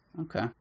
Okay